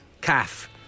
calf